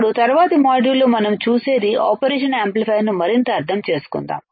ఇప్పుడు తరువాతి మాడ్యూల్లో మనం చూసేది ఆపరేషన్ యాంప్లిఫైయర్ను మరింత అర్థం చేసుకుందాం